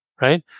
right